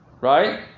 right